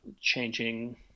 changing